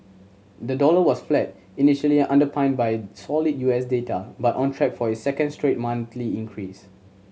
the dollar was flat initially underpinned by solid U S data but on track for its second straight monthly increase